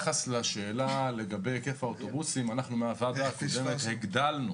לשאלה לגבי היקף האוטובוסים, הגדלנו